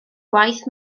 gwaith